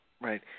Right